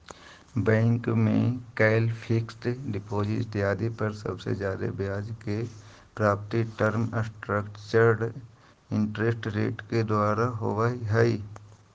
bank में कैल fixed deposit इत्यादि पर सबसे जादे ब्याज के प्राप्ति टर्म स्ट्रक्चर्ड इंटरेस्ट रेट के द्वारा होवऽ हई